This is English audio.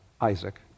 Isaac